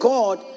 God